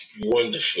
wonderful